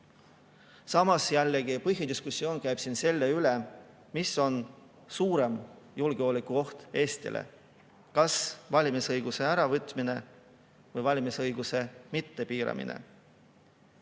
Samas jällegi põhidiskussioon käib siin selle üle, mis on suurem julgeolekuoht Eestile, kas valimisõiguse äravõtmine või valimisõiguse mittepiiramine.